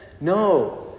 No